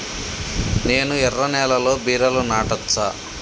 నేను ఎర్ర నేలలో బీరలు నాటచ్చా?